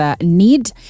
NEED